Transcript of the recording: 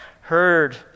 heard